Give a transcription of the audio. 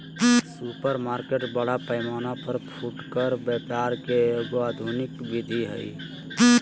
supermarket बड़ा पैमाना पर फुटकर व्यापार के एगो आधुनिक विधि हइ